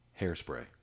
Hairspray